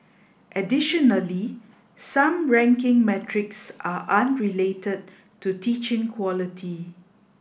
additionally some ranking metrics are unrelated to teaching quality